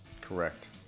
Correct